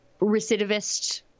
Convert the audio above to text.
recidivist